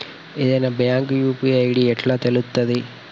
ఏదైనా bank UPI ID ఎట్లా తెలుత్తది?